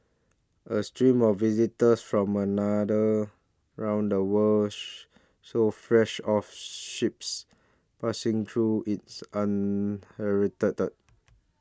a stream of visitors from another round the world sold fresh off ships passing through its